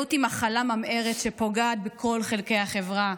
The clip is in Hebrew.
גזענות היא מחלה ממארת שפוגעת בכל חלקי החברה.